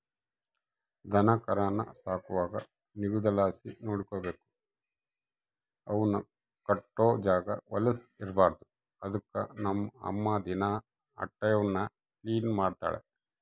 ದನಕರಾನ ಸಾಕುವಾಗ ನಿಗುದಲಾಸಿ ನೋಡಿಕಬೇಕು, ಅವುನ್ ಕಟ್ಟೋ ಜಾಗ ವಲುಸ್ ಇರ್ಬಾರ್ದು ಅದುಕ್ಕ ನಮ್ ಅಮ್ಮ ದಿನಾ ಅಟೇವ್ನ ಕ್ಲೀನ್ ಮಾಡ್ತಳ